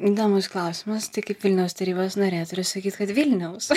įdomus klausimas tai kaip vilniaus tarybos narė turiu sakyt kad vilniaus